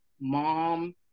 Mom